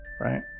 Right